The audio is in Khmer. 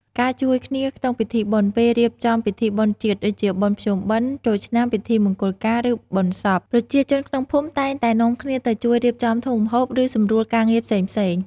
ការជួយគ្នាក្នុងពិធីបុណ្យ ពេលរៀបចំពិធីបុណ្យជាតិ ដូចជាបុណ្យភ្ជុំបិណ្ឌ ចូលឆ្នាំ ពិធីមង្គលការ ឬបុណ្យសព ប្រជាជនក្នុងភូមិតែងតែនាំគ្នាទៅជួយរៀបចំ ធ្វើម្ហូប ឬសម្រួលការងារផ្សេងៗ។